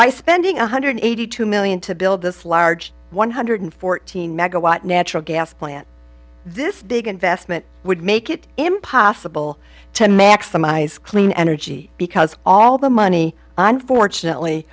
by spending one hundred eighty two million to build this large one hundred fourteen megawatt natural gas plant this big investment would make it impossible to maximize clean energy because all the money unfortunately